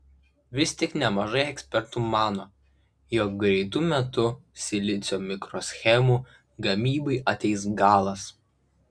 vis tik nemažai ekspertų mano jog greitu metu silicio mikroschemų gamybai ateis galas